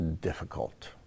difficult